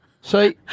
See